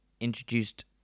introduced